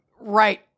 right